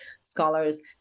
scholars